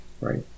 Right